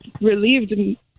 relieved